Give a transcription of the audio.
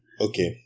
Okay